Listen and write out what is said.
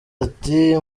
ati